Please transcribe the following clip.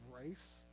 race